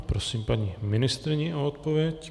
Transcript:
Prosím paní ministryni o odpověď.